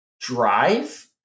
drive